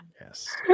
Yes